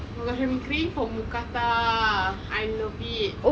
oh my gosh I've been craving for mookata I love it